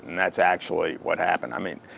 and that's actually what happened. i mean,